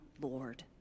Lord